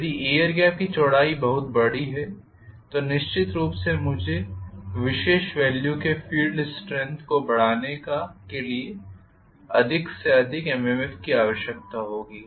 यदि air gap की चौड़ाई बहुत बड़ी है तो निश्चित रूप से मुझे विशेष वेल्यू के फील्ड स्ट्रेंगथ को बढ़ाने के लिए का अधिक से अधिक MMF की आवश्यकता होगी